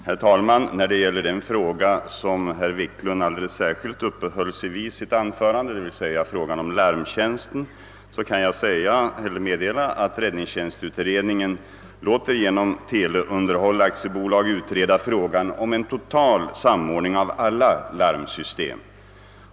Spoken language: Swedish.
Herr talman! Herr Wiklund i Härnösand uppehöll sig i sitt anförande särskilt vid frågan om larmtjänsten. Jag kan meddela att räddningstjänstutredningen genom AB Teleunderhåll låter utreda frågan om en total samordning av alla larmsystem.